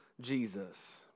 Jesus